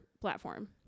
platform